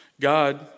god